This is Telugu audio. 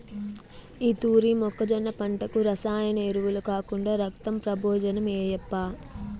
ఈ తూరి మొక్కజొన్న పంటకు రసాయన ఎరువులు కాకుండా రక్తం ప్రబోజనం ఏయప్పా